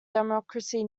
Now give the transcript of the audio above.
democracy